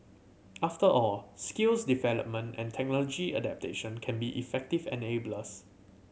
after all skills development and technology adoption can be effective enablers